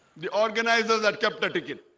the organisers had kept a ticket.